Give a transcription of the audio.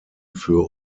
für